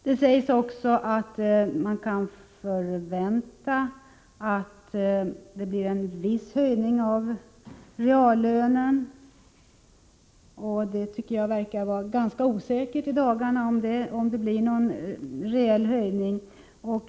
Det sägs också att man kan förvänta en viss höjning av reallönen, men jag tycker det verkar ganska osäkert i dessa dagar om det blir någon reell höjning.